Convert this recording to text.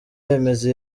yemeza